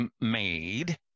made